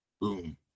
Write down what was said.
Boom